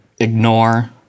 ignore